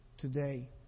today